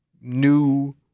new